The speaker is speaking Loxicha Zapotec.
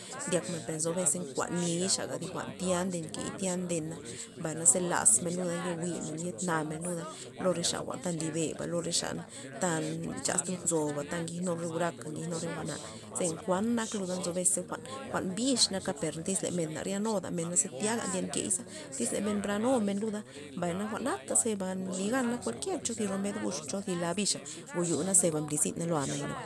Ndyakmen per nzo bes nkuanmen nixa thi jwa'n tya ndenkey tya ndena mbay naze lasmen luda ye wi'men ye na men luda lo rexa ta nlybeba lo re xa ta nchax nzoba ta ngijnu re uraka ngij re jwa'na ze len kuan nak luda nzo bes jwa'n jwa'n bix naka per tyz men na ryad nudamena za tyaga ndyen key za tyz men branumena luda mbay jwa'na ze ba nly gana kualkier cho thi romed o cho thi la bixa jwo' yo naza mbly zina loa' naya nabay.